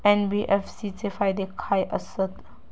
NBFC चे फायदे खाय आसत?